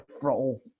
throttle